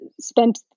spent